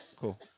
Cool